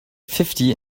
fifty